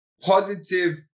positive